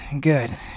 good